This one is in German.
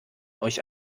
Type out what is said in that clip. euch